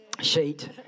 Sheet